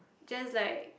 just like